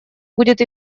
будет